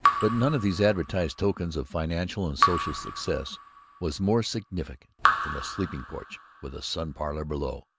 but none of these advertised tokens of financial and social success was more significant than a sleeping-porch with a sun-parlor below.